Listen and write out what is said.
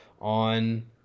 on